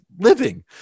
living